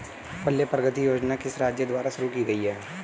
पल्ले प्रगति योजना किस राज्य द्वारा शुरू की गई है?